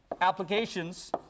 applications